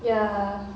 ya